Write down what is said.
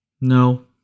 No